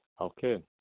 Okay